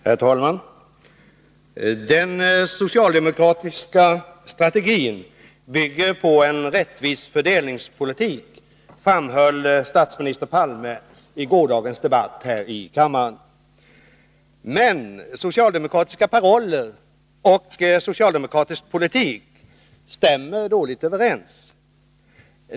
Herr talman! ”Den socialdemokratiska strategin bygger på en rättvis fördelningspolitik”, framhöll statsminister Palme i gårdagens debatt här i kammaren. Men socialdemokratiska paroller och socialdemokratisk politik stämmer dåligt överens.